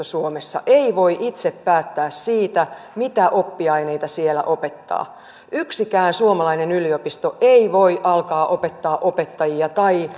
suomessa ei voi itse päättää siitä mitä oppiaineita siellä opettaa yksikään suomalainen yliopisto ei voi alkaa opettaa opettajia tai